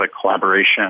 collaboration